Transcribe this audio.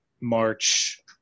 March